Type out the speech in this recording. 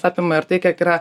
apima ir tai kiek yra